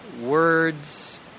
words